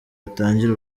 atangire